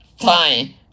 time